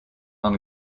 non